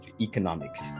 economics